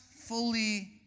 fully